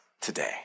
today